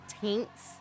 taints